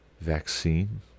vaccine